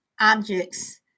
objects